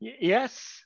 Yes